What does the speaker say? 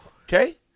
Okay